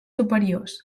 superiors